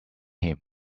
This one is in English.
him